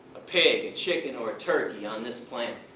a pig, a chicken or a turkey on this planet.